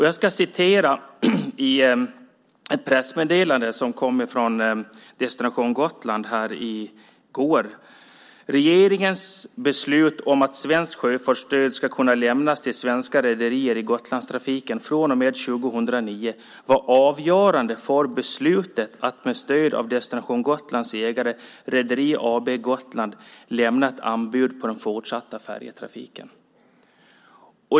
Jag citerar ur ett pressmeddelande som kom från Destination Gotland i går: "Regeringens beslut om att svenskt sjöfartsstöd skall kunna lämnas till svenskt rederi i Gotlandstrafiken från och med 2009 var avgörande för beslutet att med stöd av Destination Gotlands ägare Rederi AB Gotland lämna ett anbud på den fortsatta trafiken."